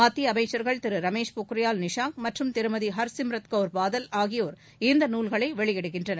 மத்திய அமைச்சர்கள் திரு ரமேஷ் பொக்ரியால் நிஷாங் மற்றும் திருமதி ஹர்சிம்ரத் கவுர் பாதல் ஆகியோர் இந்த நூல்களை வெளியிடுகின்றனர்